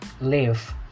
live